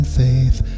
faith